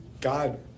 God